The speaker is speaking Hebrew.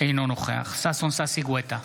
אינו נוכח ששון ששי גואטה,